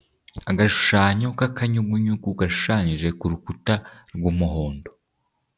Agashushanyo k'akanyugunyugu gashushanyije ku rukuta rw'umuhondo.